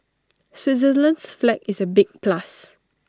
Switzerland's flag is A big plus